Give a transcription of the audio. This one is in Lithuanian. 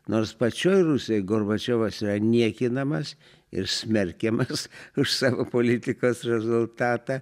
nors pačioj rusijoj gorbačiovas yra niekinamas ir smerkiamas už sako politikos rezultatą